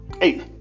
eight